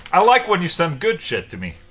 i like when you send good shit to me,